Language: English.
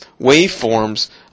waveforms